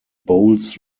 bowls